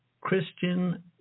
Christian